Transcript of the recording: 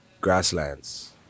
Grasslands